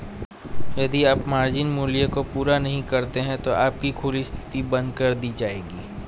यदि आप मार्जिन मूल्य को पूरा नहीं करते हैं तो आपकी खुली स्थिति बंद कर दी जाएगी